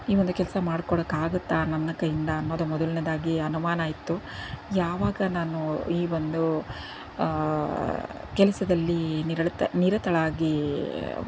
ಈ ಒಂದು ಕೆಲಸ ಮಾಡ್ಕೊಡೋಕ್ಕಾಗುತ್ತಾ ನನ್ನ ಕೈಯಿಂದ ಅನ್ನೋದು ಮೊದಲನೆಯದಾಗಿ ಅನುಮಾನ ಇತ್ತು ಯಾವಾಗ ನಾನು ಈ ಒಂದು ಕೆಲಸದಲ್ಲಿ ನಿರಳಿತ ನಿರತಳಾಗಿ